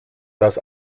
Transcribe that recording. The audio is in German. das